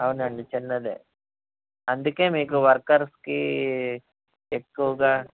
అవునండి చిన్నది అందుకే మీకు వర్కర్స్కి ఎక్కువగా